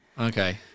okay